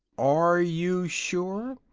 are you sure?